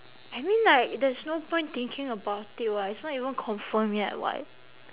I mean like there's no point thinking about it [what] it's not even confirmed yet [what]